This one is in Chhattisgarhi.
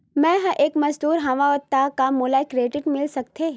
मैं ह एक मजदूर हंव त का मोला क्रेडिट मिल सकथे?